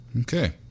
okay